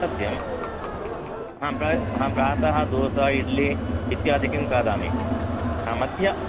सत्यं हा प्रायः हा प्रातः दोसा इड्ली इत्यादिकं खादामि हा मध्य